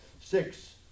Six